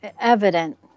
evident